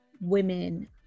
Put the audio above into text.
women